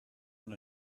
one